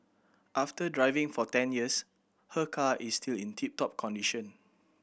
after driving for ten years her car is still in tip top condition